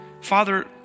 Father